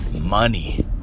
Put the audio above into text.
money